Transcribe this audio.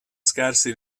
scarsi